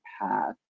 path